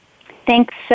Thanks